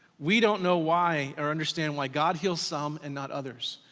we don't know why or understand why god heals some and not others.